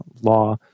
law